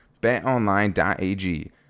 BetOnline.ag